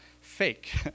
fake